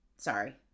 Sorry